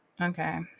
Okay